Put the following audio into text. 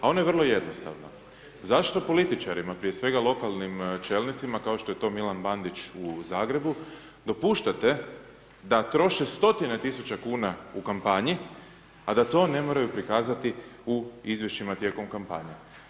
A ona je vrlo jednostavna, zašto političarima, prije svega lokalnim čelnicima, kao što je to Milan Bandić u Zagrebu, dopuštate da troše stotine tisuće kuna u kampanji, a da to ne moraju prikazati u izvješćima tijekom kampanje.